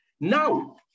now